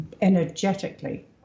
energetically